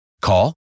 Call